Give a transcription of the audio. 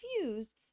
confused